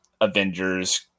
Avengers